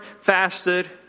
fasted